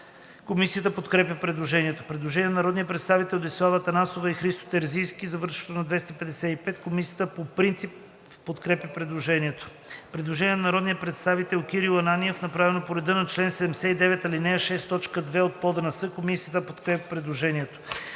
Комисията подкрепя предложението. Предложение на народните представители Десислава Атанасова и Ирена Димова, завършващо на 252. Комисията подкрепя по принцип предложението. Предложение на народния представител Петър Чобанов, направено по реда на чл. 79, ал. 6, т. 2 от ПОДНС. Комисията подкрепя предложението.